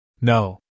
No